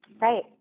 Right